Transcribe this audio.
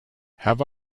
have